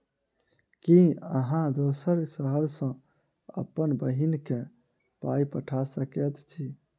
की अहाँ दोसर शहर सँ अप्पन बहिन केँ पाई पठा सकैत छी?